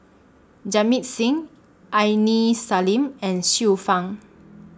Jamit Singh Aini Salim and Xiu Fang